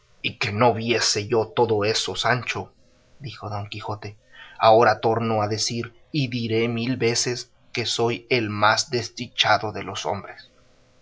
y que no viese yo todo eso sancho dijo don quijote ahora torno a decir y diré mil veces que soy el más desdichado de los hombres